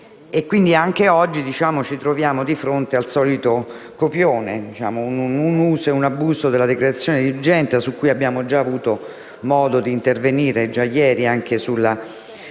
Anche oggi ci troviamo quindi di fronte al solito copione, con un uso e un abuso della decretazione d'urgenza - su cui abbiamo già avuto modo di intervenire già ieri nella